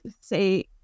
say